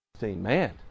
Man